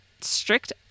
strict